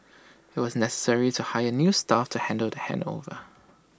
IT was necessary to hire new staff to handle the handover